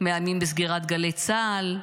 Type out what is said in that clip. מאיימים בסגירת גלי צה"ל.